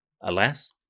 Alas